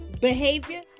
behavior